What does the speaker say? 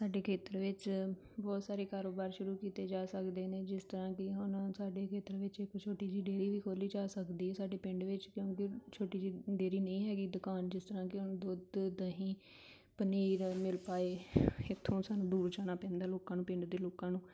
ਸਾਡੇ ਖੇਤਰ ਵਿੱਚ ਬਹੁਤ ਸਾਰੇ ਕਾਰੋਬਾਰ ਸ਼ੁਰੂ ਕੀਤੇ ਜਾ ਸਕਦੇ ਨੇ ਜਿਸ ਤਰ੍ਹਾਂ ਕਿ ਹੁਣ ਸਾਡੇ ਖੇਤਰ ਵਿੱਚ ਇੱਕ ਛੋਟੀ ਜਿਹੀ ਡੇਅਰੀ ਵੀ ਖੋਲ੍ਹੀ ਜਾ ਸਕਦੀ ਸਾਡੇ ਪਿੰਡ ਵਿੱਚ ਕਿਉਂਕਿ ਛੋਟੀ ਜਿਹੀ ਡੇਅਰੀ ਨਹੀਂ ਹੈਗੀ ਦੁਕਾਨ ਜਿਸ ਤਰ੍ਹਾਂ ਕਿ ਹੁਣ ਦੁੱਧ ਦਹੀਂ ਪਨੀਰ ਮਿਲ ਪਾਏ ਇੱਥੋਂ ਸਾਨੂੰ ਦੂਰ ਜਾਣਾ ਪੈਂਦਾ ਲੋਕਾਂ ਨੂੰ ਪਿੰਡ ਦੇ ਲੋਕਾਂ ਨੂੰ